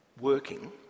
working